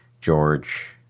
George